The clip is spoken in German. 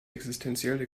existenzielle